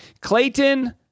Clayton